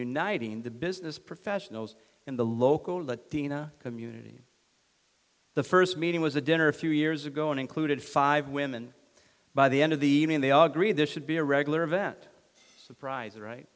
uniting the business professionals in the local it dina community the first meeting was a dinner a few years ago and included five women by the end of the evening they all agreed this should be a regular event surprising right